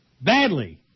Badly